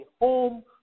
home